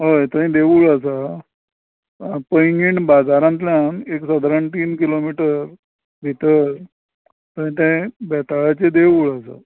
हय थंय देवूळ आसा पैंगीण बाजारांतल्यान एक सादारण तीन किलोमिटर भितर थंय तें बेताळाचें देवूळ आसा